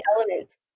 elements